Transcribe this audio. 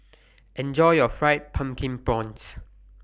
Enjoy your Fried Pumpkin Prawns